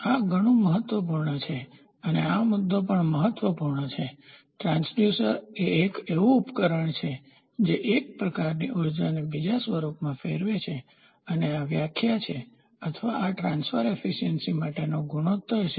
આ ધણું મહત્વપૂર્ણ છે અને આ મુદ્દો પણ ખૂબ જ મહત્વપૂર્ણ છે ટ્રાન્સડ્યુસર એ એક એવું ઉપકરણ છે જે એક પ્રકારનાં ઉર્જાને બીજા સ્વરૂપમાં ફેરવે છે અને આ વ્યાખ્યા છે અથવા આ ટ્રાન્સફર એફીસીયન્સી માટેનો ગુણોત્તર છે